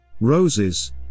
Roses